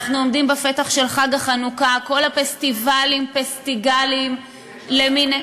אנחנו עומדים בפתח חג החנוכה וכל הפסטיבלים והפסטיגלים למיניהם.